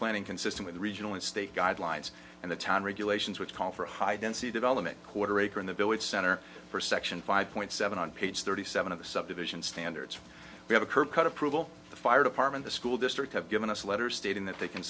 planning consisting of the regional and state guidelines and the town regulations which call for high density development quarter acre in the village center for section five point seven on page thirty seven of the subdivision standards we have occurred approval the fire department the school district have given us a letter stating that they can